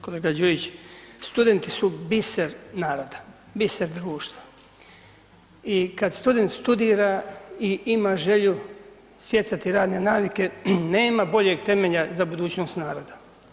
Kolega Đujić, studenti su biser naroda, biser društva i kada student studira i ima želju stjecati radne navike nema boljeg temelja za budućnost naroda.